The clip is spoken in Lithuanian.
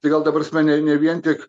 tai gal ta prasme ne vien tik